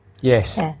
Yes